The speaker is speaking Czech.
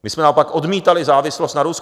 My jsme naopak odmítali závislost na Rusku.